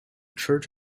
church